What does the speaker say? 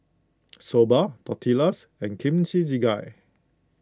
Soba Tortillas and Kimchi Jjigae